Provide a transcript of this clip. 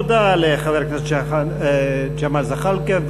תודה לחבר הכנסת ג'מאל זחאלקה.